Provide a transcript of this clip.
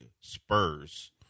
Spurs